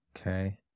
Okay